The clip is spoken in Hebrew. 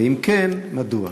2. אם כן, מדוע?